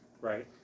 Right